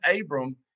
Abram